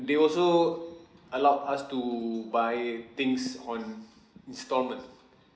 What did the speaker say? they also allowed us to buy things on instalment